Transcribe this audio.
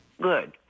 Good